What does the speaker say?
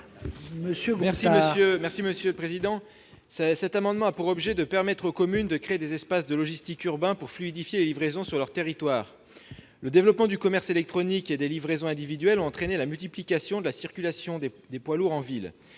l'amendement n° 879. Cet amendement a pour objet de permettre aux communes de créer des espaces de logistiques urbains pour fluidifier les livraisons sur leur territoire. Le développement du commerce électronique et des livraisons individuelles a entraîné la multiplication de la circulation des poids lourds en ville.